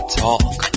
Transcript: talk